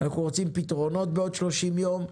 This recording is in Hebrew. אנחנו רוצים לראות פתרונות בעוד 30 יום,